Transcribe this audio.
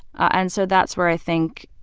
and so that's where, i think,